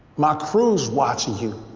my crews watching you.